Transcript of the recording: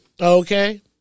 okay